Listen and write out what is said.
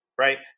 Right